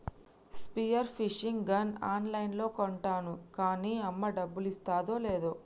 spear fishing gun on లైన్లో కొంటాను కాన్నీ అమ్మ డబ్బులిస్తాదో లేదో